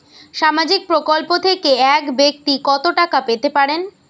সামাজিক প্রকল্প থেকে এক ব্যাক্তি কত টাকা পেতে পারেন?